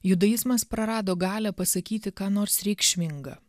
judaizmas prarado galią pasakyti ką nors reikšminga